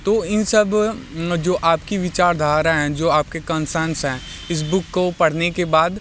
तो इन सब जो आप की विचारधारा हैं जो आप के कन्संस हैं इस बुक को पढ़ने के बाद